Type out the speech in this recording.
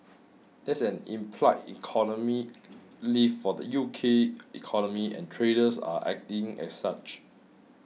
that's an implied economic lift for the U K economy and traders are acting as such